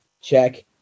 Check